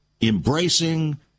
embracing